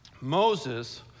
Moses